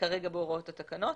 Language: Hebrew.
כרגע בהוראות התקנות.